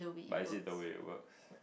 but is it the way it works